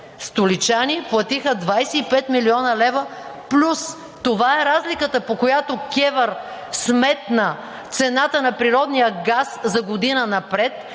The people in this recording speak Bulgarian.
Столичани платиха 25 млн. лв. плюс! Това е разликата, по която КЕВР сметна цената на природния газ за година напред